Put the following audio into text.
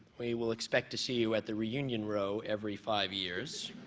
we will expect to see you at the reunion row every five years.